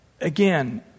again